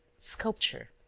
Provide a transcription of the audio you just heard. sculpture,